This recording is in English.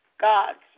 God's